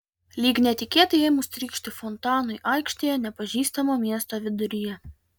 lyg netikėtai ėmus trykšti fontanui aikštėje nepažįstamo miesto viduryje